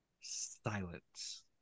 silence